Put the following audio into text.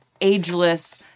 ageless